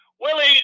Willie